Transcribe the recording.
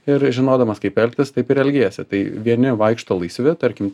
ir žinodamas kaip elgtis taip ir elgiesi tai vieni vaikšto laisvi tarkim